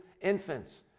infants